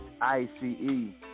I-C-E